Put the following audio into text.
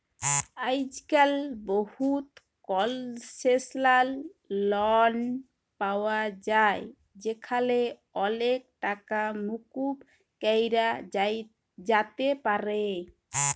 আইজক্যাল বহুত কলসেসলাল লন পাওয়া যায় যেখালে অলেক টাকা মুকুব ক্যরা যাতে পারে